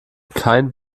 kein